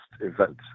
event